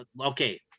Okay